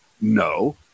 No